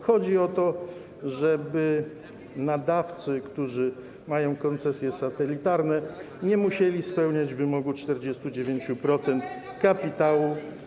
Chodzi o to, żeby nadawcy, którzy mają koncesje satelitarne, nie musieli spełniać wymogu dotyczącego 49% kapitału.